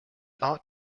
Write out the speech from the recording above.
ought